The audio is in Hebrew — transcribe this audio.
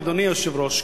אדוני היושב-ראש,